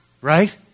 Right